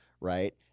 right